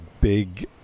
big